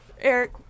Eric